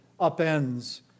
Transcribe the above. upends